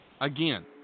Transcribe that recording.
again